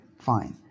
fine